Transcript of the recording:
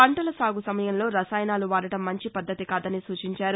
పంటల సాగు సమయంలో రసాయనాలు వాడడం మంచి పద్దతి కాదని సూచించారు